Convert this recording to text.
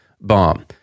bomb